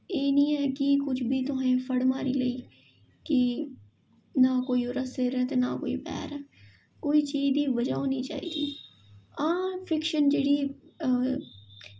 एह् निं ऐ कि कुछ बी तुसें फड़ मारी लेई कि नां कोई ओह्दा सिर ऐ ते नां कोई पैर ऐ कोई चीज़ दी बजह् होनी चाहिदी हां फिक्शन जेह्ड़ी